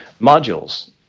modules